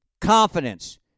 confidence